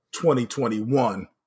2021